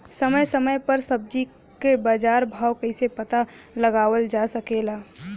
समय समय समय पर सब्जी क बाजार भाव कइसे पता लगावल जा सकेला?